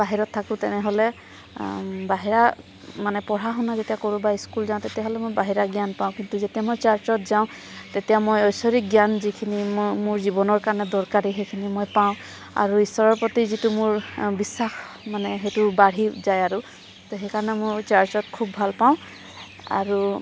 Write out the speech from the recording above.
বাহিৰত থাকোঁ তেনেহ'লে বাহিৰা মানে পঢ়া শুনা যেতিয়া কৰোঁ বা স্কুল যাওঁতে তেতিয়া মই বাহিৰা জ্ঞান পাওঁ কিন্তু যেতিয়া মই চাৰ্ছত যাওঁ তেতিয়া মই ঐশ্বৰিক জ্ঞান যিখিনি মোৰ জীৱনৰ কাৰণে দৰকাৰী সেইখিনি মই পাওঁ আৰু ঈশ্বৰৰ প্ৰতি যিটো মোৰ বিশ্বাস মানে সেইটো বাঢ়ি যায় আৰু তো সেইকাৰণে মই চাৰ্ছত খুব ভাল পাওঁ আৰু